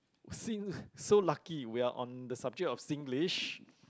sing so lucky we are on the subject of Singlish